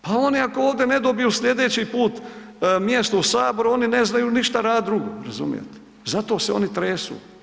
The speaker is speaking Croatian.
Pa oni ako ovdje ne dobiju sljedeći put mjesto u Saboru oni ne znaju ništa radit drugo, razumijete, zato se oni tresu.